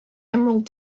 emerald